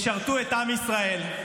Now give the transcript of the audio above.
ישרתו את עם ישראל.